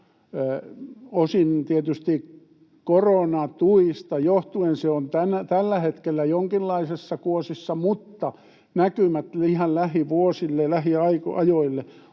Osin tietysti koronatuista johtuen se on tällä hetkellä jonkinlaisessa kuosissa, mutta näkymät ihan lähivuosille ja lähiajoille